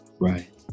Right